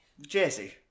Jesse